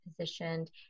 positioned